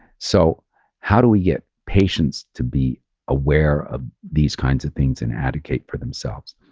so how do we get patients to be aware of these kinds of things and advocate for themselves?